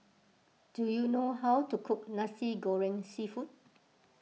do you know how to cook Nasi Goreng Seafood